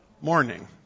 Morning